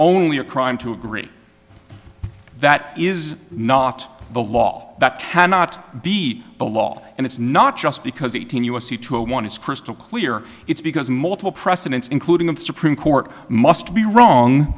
only a crime to agree that is not the law that cannot be the law and it's not just because eighteen u s c two one is crystal clear it's because multiple precedents including the supreme court must be wrong